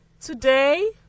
Today